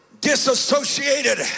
disassociated